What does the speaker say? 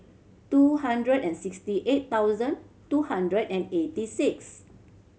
two hundred and sixty eight thousand two hundred and eighty six